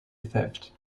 theft